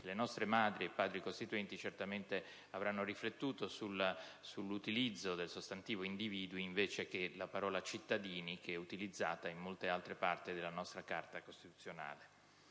Le nostre Madri e Padri costituenti certamente avranno riflettuto sull'utilizzo del sostantivo «individui» invece della parola «cittadini», che è utilizzata in molte altre parti della nostra Carta costituzionale.